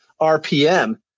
RPM